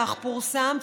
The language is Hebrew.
כך פורסם,